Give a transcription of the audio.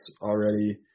already